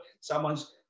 Someone's